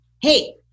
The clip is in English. Hey